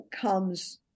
comes